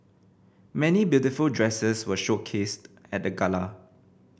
many beautiful dresses were showcased at the gala